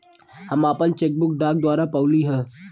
हम आपन cheque book डाक द्वारा पउली है